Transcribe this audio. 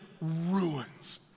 ruins